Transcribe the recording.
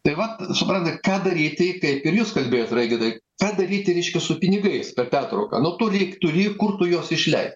tai vat suprantat ką daryti kaip ir jūs kalbėjot raigardai ką daryti reiškia su pinigais per pertrauką nu tų ryk turi kur tu juos išlei